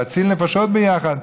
להציל נפשות ביחד.